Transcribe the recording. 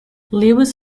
lewis